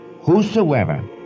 whosoever